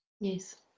Yes